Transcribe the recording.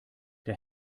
der